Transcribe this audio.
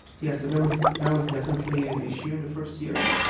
yeah, so that was that was definitely an issue in the first year,